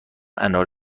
انار